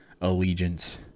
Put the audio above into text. allegiance